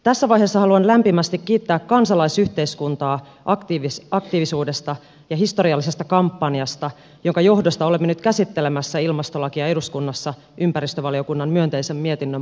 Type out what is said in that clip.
tässä vaiheessa haluan lämpimästi kiittää kansalaisyhteiskuntaa aktiivisuudesta ja historiallisesta kampanjasta jonka johdosta olemme nyt käsittelemässä ilmastolakia eduskunnassa ympäristövaliokunnan myönteisen mietinnön pohjalta